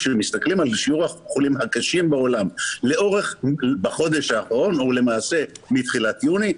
כשמסתכלים על שיעור החולים הקשים בחודש האחרון או למעשה מתחילת יוני,